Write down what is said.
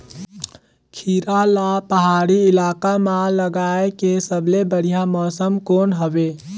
खीरा ला पहाड़ी इलाका मां लगाय के सबले बढ़िया मौसम कोन हवे?